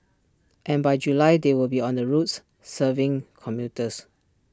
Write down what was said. and by July they will be on the roads serving commuters